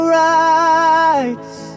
rights